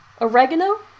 Oregano